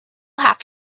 have